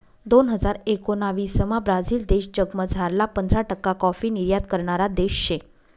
दोन हजार एकोणाविसमा ब्राझील देश जगमझारला पंधरा टक्का काॅफी निर्यात करणारा देश शे